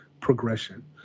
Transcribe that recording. progression